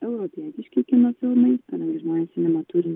europietiški kino filmai kadangi žmonės sinema turi